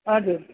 हजुर